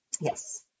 Yes